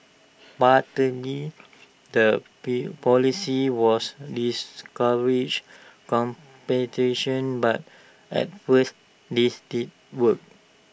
partly the P policy was discourage competition but at first this did work